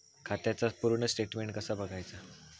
खात्याचा पूर्ण स्टेटमेट कसा बगायचा?